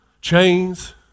chains